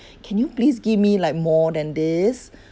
can you please give me like more than this